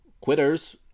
Quitters